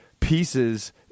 Pieces